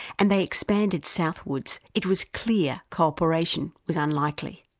and they expanded southwards, it was clear co-operation was unlikely.